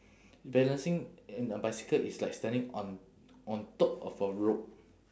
balancing in a bicycle is like standing on on top of a rope